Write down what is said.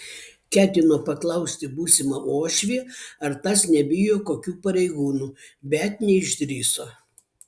ketino paklausti būsimą uošvį ar tas nebijo kokių pareigūnų bet neišdrįso